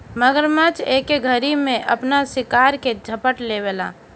मगरमच्छ एके घरी में आपन शिकार के झपट लेवेला